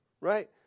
Right